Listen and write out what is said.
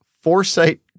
Foresight